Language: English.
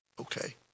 okay